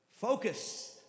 Focus